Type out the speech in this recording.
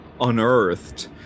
unearthed